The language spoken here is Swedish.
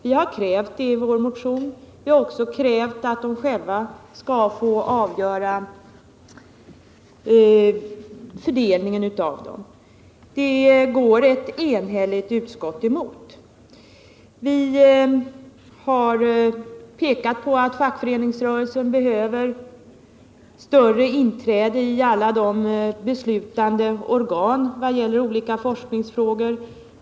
Vi har krävt detta i vår motion, och vi har också krävt att vederbörande själva skall få avgöra fördelningen av medlen. Detta går emellertid ett enhälligt utskott emot. Vidare har vi pekat på att fackföreningsrörelsen behöver inträde i större utsträckning i alla beslutande organ när det gäller olika forskningsfrågor.